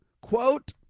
quote